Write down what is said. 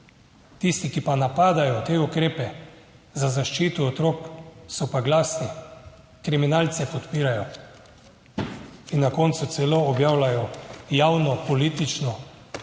Tisti, ki pa napadajo te ukrepe za zaščito otrok so pa glasni, kriminalce podpirajo. In na koncu celo objavljajo javno politično